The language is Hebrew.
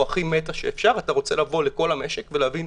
אתה רוצה להגיד: